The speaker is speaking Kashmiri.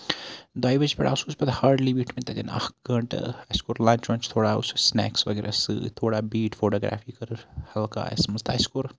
دۄیہِ بَجہِ پٮ۪ٹھ آسو أسۍ پتہٕ ہاڈلی بیٖٹھمٕتۍ تَتین اکھ گٲنٹہٕ اَسہِ کوٚر لَنچ وَنچ تھوڑا اوس اَسہِ سِنیکٕس وَغیرہ سۭتۍ تھوڑا بِیٖٹھۍ تھوڑا تہٕ اَسہِ کوٚر